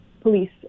police